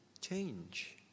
change